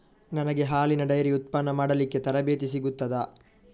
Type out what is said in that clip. ನನಗೆ ಹಾಲಿನ ಡೈರಿ ಉತ್ಪನ್ನ ಮಾಡಲಿಕ್ಕೆ ತರಬೇತಿ ಸಿಗುತ್ತದಾ?